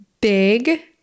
big